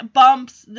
bumps